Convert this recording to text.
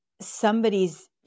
somebody's